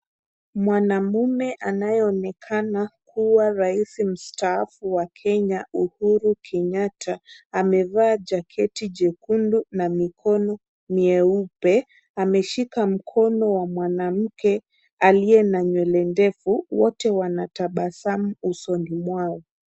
Mwanamume anayeonekana kuwa rais mstaafu wa Kenya Uhuru Kenyatta, amevaa jacket jekundu na mikono mieupe. Ameshika mkono wa mwanamke aliye na nywele ndefu, wote wanatabasamu usoni mwao.